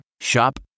Shop